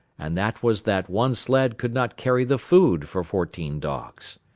and that was that one sled could not carry the food for fourteen dogs.